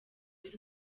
y’u